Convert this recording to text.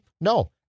No